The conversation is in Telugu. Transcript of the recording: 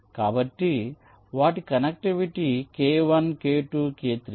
కాబట్టి వాటి కనెక్టివిటీ k1 k2 k3